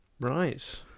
Right